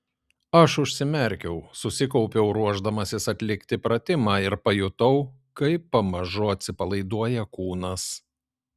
aš užsimerkiau susikaupiau ruošdamasis atlikti pratimą ir pajutau kaip pamažu atsipalaiduoja kūnas